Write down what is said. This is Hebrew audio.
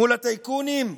מול הטייקונים?